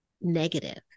negative